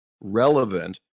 relevant